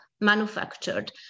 manufactured